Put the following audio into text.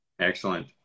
Excellent